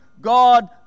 God